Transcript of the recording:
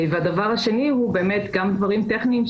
והדבר השני הוא באמת גם דברים טכניים,